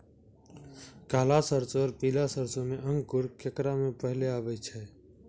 काला सरसो और पीला सरसो मे अंकुर केकरा मे पहले आबै छै?